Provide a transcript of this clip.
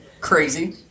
crazy